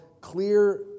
clear